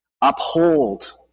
uphold